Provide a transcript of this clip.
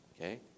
Okay